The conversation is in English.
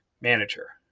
manager